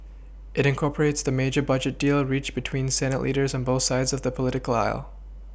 it incorporates the major budget deal reached between Senate leaders on both sides of the political aisle